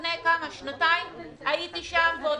נירה, שימי לב כמה זה לא חזירי, כמה זה באמת אמתי.